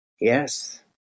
Yes